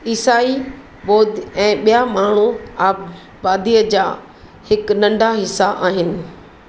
ईसाई बौद्ध ऐं ॿिया माण्हू आ बादीअ जा हिकु नंढा हिसा आहिनि